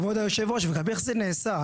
כבוד היושב-ראש, גם איך זה נעשה?